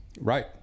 right